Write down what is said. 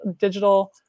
digital